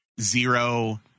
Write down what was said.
Zero